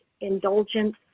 indulgence